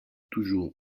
toujours